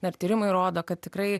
na ir tyrimai rodo kad tikrai